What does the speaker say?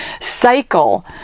cycle